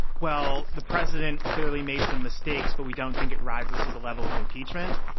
well, the president clearly made some mistakes, but we don't think it rises to the level of impeachment,